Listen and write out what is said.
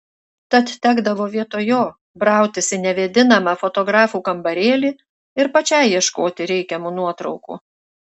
tad tekdavo vietoj jo brautis į nevėdinamą fotografų kambarėlį ir pačiai ieškoti reikiamų nuotraukų